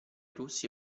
russi